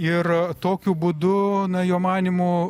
ir tokiu būdu jo manymu